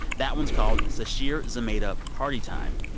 that one's called sasheer zamata party time!